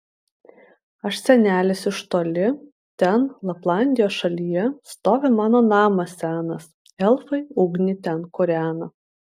aš senelis iš toli ten laplandijos šalyje stovi mano namas senas elfai ugnį ten kūrena